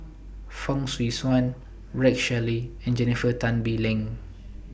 Fong Swee Suan Rex Shelley and Jennifer Tan Bee Leng